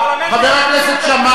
חבר הכנסת שאמה,